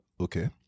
Okay